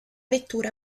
vettura